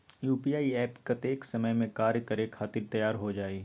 UPI app कतेइक समय मे कार्य करे खातीर तैयार हो जाई?